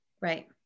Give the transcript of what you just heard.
Right